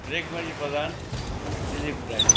Regmani Pradhan Dilip Rai